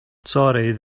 sorry